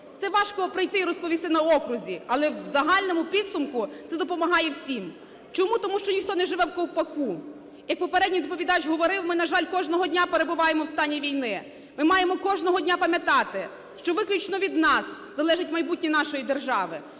Це важко прийти і розповісти на окрузі. Але в загальному підсумку це допомагає всім. Чому? Тому що ніхто не живе в ковпаку. Як попередній доповідач говорив, ми, на жаль, кожного дня перебуваємо в стані війни. Ми маємо кожного дня пам'ятати, що виключно від нас залежить майбутнє нашої держави,